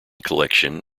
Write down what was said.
collection